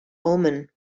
omen